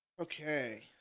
Okay